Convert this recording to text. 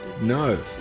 No